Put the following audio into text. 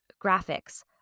graphics